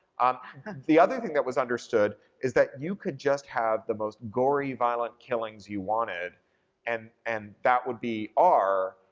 um the other thing that was understood is that you could just have the most gory, violent killings you wanted and and that would be r,